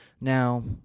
Now